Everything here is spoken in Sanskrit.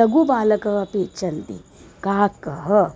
लघुबालकाः अपि इच्छन्ति काकः